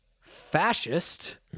fascist